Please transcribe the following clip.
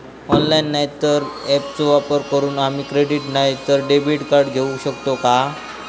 Online नाय तर ऍपचो वापर करून आम्ही क्रेडिट नाय तर डेबिट कार्ड घेऊ शकतो का?